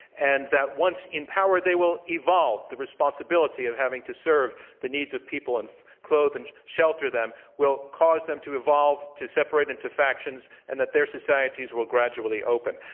and that once in power, they will evolve the responsibility of having to serve the needs of people and clothe and shelter them, will cause them to evolve, to separate into factions, and that their societies will gradually open.